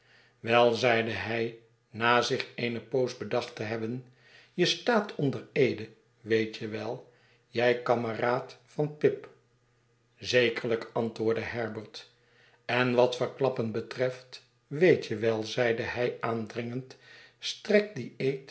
zeide hij na zich eene poos bedacht te hebben je staat onder eede weet je wel jij kameraad van pip zekerl'yk antwoordde herbert en wat verklappen betreft weet je wel zeide hij aandringend strekt die